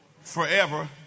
forever